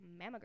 mammogram